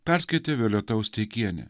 perskaitė violeta osteikienė